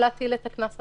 ולהטיל את הקנס המנהלי.